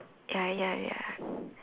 ya ya ya